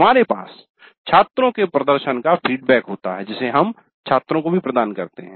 हमारे पास छात्रों के प्रदर्शन का फीडबैक होता है जिसे हम छात्रों को प्रदान करते है